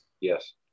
Yes